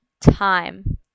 Time